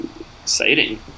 Exciting